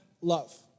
love